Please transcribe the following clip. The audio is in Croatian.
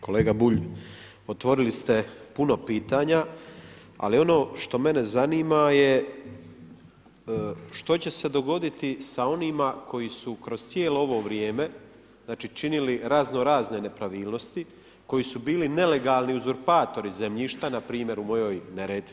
Kolega Bulj, otvorili ste puno pitanja, ali ono što mene zanima je što će se dogoditi sa onima koji su kroz cijelo ovo vrijeme, znači činili razno razne nepravilnosti koji su bili nelegalni uzurpatori zemljišta npr. u mojoj Neretvi?